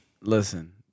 listen